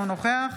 אינו נוכח